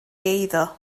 eiddo